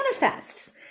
manifests